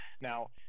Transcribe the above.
now